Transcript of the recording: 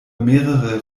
mehrere